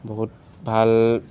বহুত ভাল